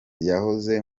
yahoze